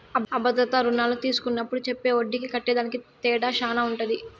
అ భద్రతా రుణాలు తీస్కున్నప్పుడు చెప్పే ఒడ్డీకి కట్టేదానికి తేడా శాన ఉంటది